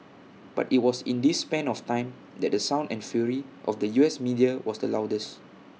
but IT was in this span of time that the sound and fury of the U S media was the loudest